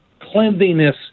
cleanliness